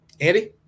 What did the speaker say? Andy